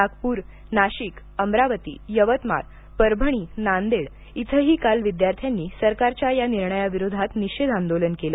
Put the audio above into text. नागपूर नाशिक अमरावती यवतमाळ परभणी नांदेड इथंही काल विद्यार्थ्यांनी सरकारच्या या निर्णयाविरोधात निषेध आंदोलन केलं